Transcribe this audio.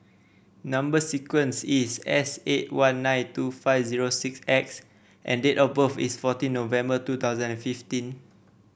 number sequence is S eight one nine two five zero six X and date of birth is fourteen November two thousand and fifteen